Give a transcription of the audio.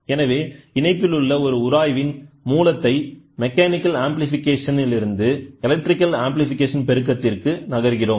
எனவேஇணைப்பில் உள்ள ஒரு உராய்வின் மூலத்தைமெக்கானிகல் ஆம்ஃபிளிகேஷன் இருந்து எலக்ட்ரிக்கல்ஆம்ஃபிளிகேஷன் பெருக்கத்திற்கு நகர்கிறோம்